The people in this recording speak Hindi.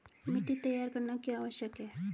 मिट्टी तैयार करना क्यों आवश्यक है?